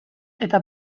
eta